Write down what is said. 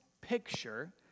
picture